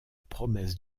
promesse